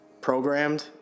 programmed